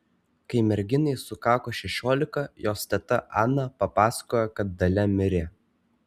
kai merginai sukako šešiolika jos teta ana papasakojo kad dalia mirė